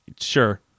Sure